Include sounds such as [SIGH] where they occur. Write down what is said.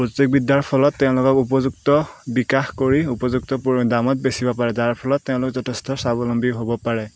প্ৰযুক্তি বিদ্যাৰ ফলত তেওঁলোকক উপযুক্ত বিকাশ কৰি উপযুক্ত [UNINTELLIGIBLE] দামত বেচিব পাৰে যাৰ ফলত তেওঁলোক যথেষ্ট স্বাৱলম্বী হ'ব পাৰে